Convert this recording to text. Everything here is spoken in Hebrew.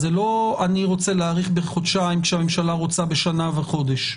זה לא שאני רוצה להאריך בחודשיים כשהממשלה רוצה בשנה וחודש.